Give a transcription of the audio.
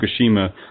Fukushima